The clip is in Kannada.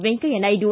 ವೆಂಕಯ್ಯ ನಾಯ್ದು